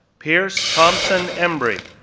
pearce thomson embrey,